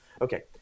Okay